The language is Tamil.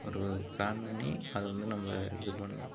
ஒரு பிளான் பண்ணி அதை வந்து நம்ம இது பண்ணணும்